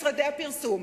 משרדי הפרסום.